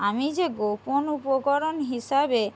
আমি যে গোপন উপকরণ হিসাবে